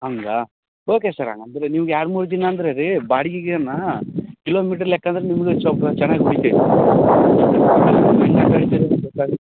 ಹಾಗಾ okay sir ಹಾಗಾದರೆ ನಿಮ್ಗ ಎರಡು ಮೂರು ದಿನ ಅಂದರೆ ರೀ ಬಾಡ್ಗಿಗೆನ ಕಿಲೋಮೀಟರ್ ಲೆಕ್ಕ ಅಂದ್ರೆ ನಿಮ್ಗ ಸೊಲ್ಪ ಚೆನ್ನಾಗಿ